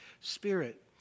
spirit